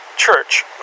church